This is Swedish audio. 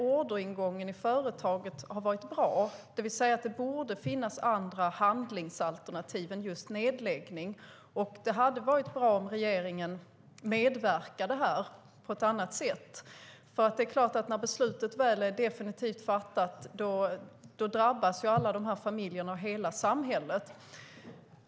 Orderingången i företaget har varit bra, det vill säga att det borde finnas andra handlingsalternativ än just nedläggning. Det hade varit bra om regeringen hade medverkat på ett annat sätt, för när beslutet väl är fattat drabbas ju alla dessa familjer och hela samhället.